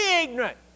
ignorant